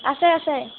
আছে আছে